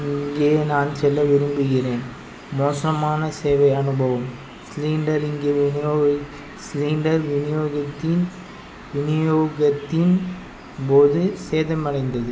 இங்கே நான் சொல்ல விரும்புகிறேன் மோசமான சேவை அனுபவம் சிலிண்டர் இங்கே விநியோக சிலிண்டர் விநியோகித்தின் விநியோகத்தின் போது சேதமடைந்தது